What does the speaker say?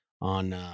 on